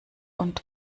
und